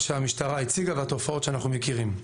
שהמשטרה הציגה והתופעות שאנחנו מכירים.